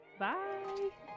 Bye